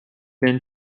been